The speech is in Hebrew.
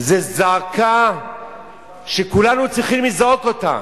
זו זעקה שכולנו צריכים לזעוק אותה.